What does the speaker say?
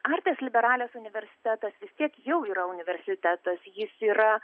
artes liberales universitetas vis tiek jau yra universitetas jis yra